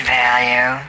value